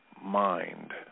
mind